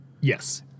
Yes